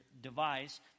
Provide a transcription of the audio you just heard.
device